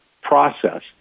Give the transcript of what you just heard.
process